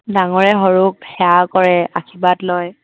ডাঙৰে সৰুক সেৱা কৰে আশীৰ্বাদ লয়